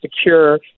secure